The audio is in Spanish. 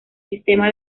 sistema